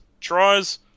tries